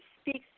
speaks